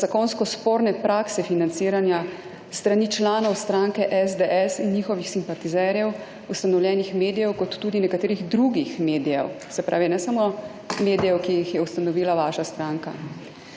za zakonsko sporne prakse financiranja s strani članov stranke SDS in njihovih simpatizerjev, ustanovljenih medijev kot tudi nekaterih drugih medijev, se pravi, ne samo medijev, ki jih je ustanovila vaša stranka.